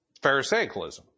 Pharisaicalism